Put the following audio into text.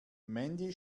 mandy